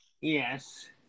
Yes